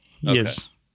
Yes